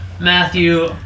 Matthew